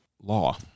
law